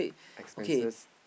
expenses